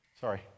Sorry